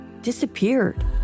disappeared